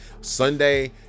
Sunday